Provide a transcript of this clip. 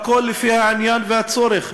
הכול לפי העניין והצורך".